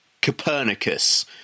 Copernicus